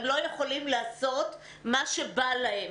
הם לא יכולים לעשות מה שבא להם